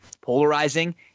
polarizing